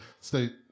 state